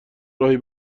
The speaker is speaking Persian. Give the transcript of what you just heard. راهی